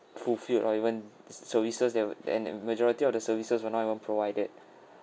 fulfilled or even services there and the majority of the services were not even provided